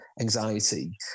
anxiety